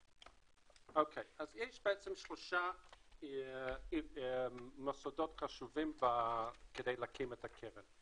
אז יש שלושה מוסדות חשובים כדי להקים את הקרן.